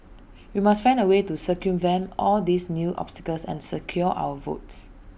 we must find A way to circumvent all these new obstacles and secure our votes